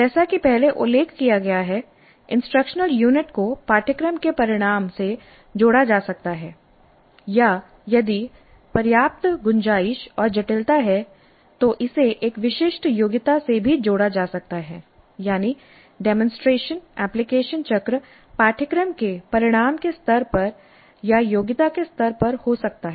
जैसा कि पहले उल्लेख किया गया है इंस्ट्रक्शनल यूनिट को पाठ्यक्रम के परिणाम से जोड़ा जा सकता है या यदि पर्याप्त गुंजाइश और जटिलता है तो इसे एक विशिष्ट योग्यता से भी जोड़ा जा सकता है यानी डेमोंसट्रेशन एप्लीकेशन चक्र पाठ्यक्रम के परिणाम के स्तर पर या योग्यता के स्तर पर हो सकता है